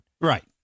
Right